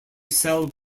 cell